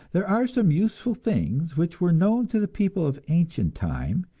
there are some useful things which were known to the people of ancient time,